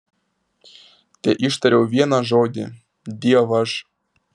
teištariau vieną žodį dievaž